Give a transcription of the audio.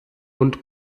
und